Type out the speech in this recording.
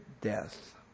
death